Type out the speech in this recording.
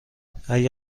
اگه